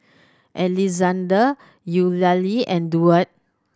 Alexzander Eulalie and Duard